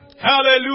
Hallelujah